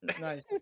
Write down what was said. nice